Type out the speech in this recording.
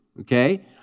okay